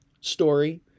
story